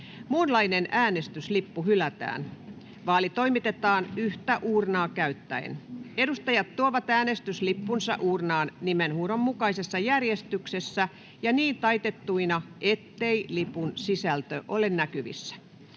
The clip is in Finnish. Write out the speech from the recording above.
Muunlainen äänestyslippu hylätään. Vaali toimitetaan yhtä uurnaa käyttäen. Edustajat tuovat äänestyslippunsa uurnaan nimenhuudon mukaisessa järjestyksessä ja niin taitettuina, ettei lipun sisältö ole näkyvissä.